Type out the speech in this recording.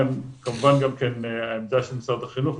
כמובן גם כן העמדה של משרד החינוך,